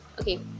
okay